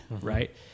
right